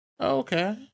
okay